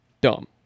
Dumb